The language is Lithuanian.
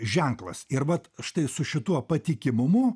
ženklas ir vat štai su šituo patikimumu